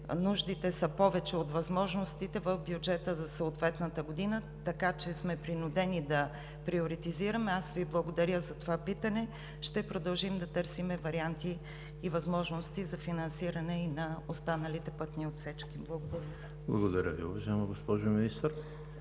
нуждите са повече от възможностите в бюджета за съответната година, така че сме принудени да приоритизираме. Аз Ви благодаря за това питане, ще продължим да търсим варианти и възможности за финансиране и на останалите пътни отсечки. Благодаря Ви. ПРЕДСЕДАТЕЛ ЕМИЛ ХРИСТОВ: Благодаря Ви, уважаема госпожо Министър.